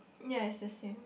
yes the same